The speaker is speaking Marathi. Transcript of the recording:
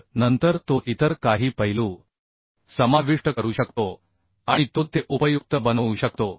तर नंतर तो इतर काही पैलू समाविष्ट करू शकतो आणि तो ते उपयुक्त बनवू शकतो